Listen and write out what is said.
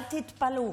אל תתפלאו.